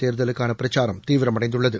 தேர்தலுக்கான பிரச்சாரம் தீவிரமடைந்துள்ளது